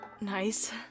nice